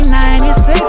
1996